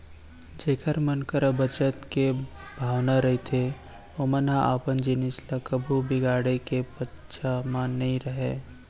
जेखर मन करा बचत के भावना रहिथे ओमन ह अपन जिनिस ल कभू बिगाड़े के पक्छ म नइ रहय